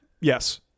Yes